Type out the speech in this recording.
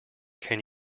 can